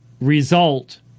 result